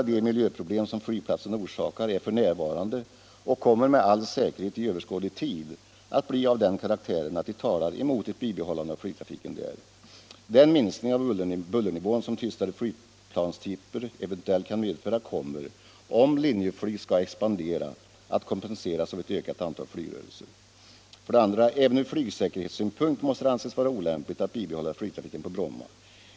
De miljöproblem som flygplatsen orsakar är f. n. och kommer med all säkerhet i överskådlig tid att bli av den karaktären att de talar emot ett bibehållande av flygtrafiken där. Den minskning av bullernivån som tystare flygplanstyper eventuellt kan medföra kommer, om Linjeflyg skall expandera, att kompenseras av ett ökat antal flygrörelser. 2. Även från flygsäkerhetssynpunkt måste det anses vara olämpligt att bibehålla flygtrafiken på Bromma.